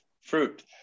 Fruit